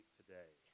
today